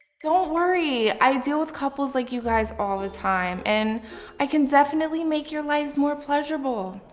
don't worry, i deal with couples like you guys all the time and i can definitely make your lives more pleasurable.